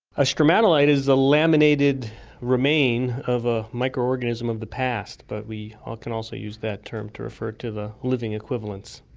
a stromatolite is the laminated remains of a micro-organism of the past, but we ah can also use that term to refer to the living equivalents.